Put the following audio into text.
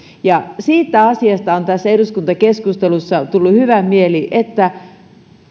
ja siitä asiasta on tässä eduskuntakeskustelussa tullut hyvä mieli että